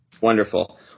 Wonderful